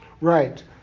Right